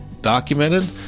documented